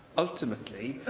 ultimately,